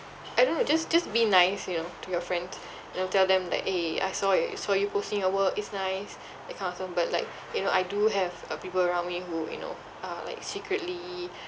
I don't know just just be nice you know to your friend you know tell them like eh I saw you I saw you posting your work it's nice that kind of stuff but like you know I do have uh people around me who you know uh like secretly